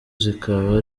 zikaba